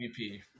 MVP